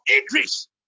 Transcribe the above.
increase